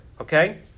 Okay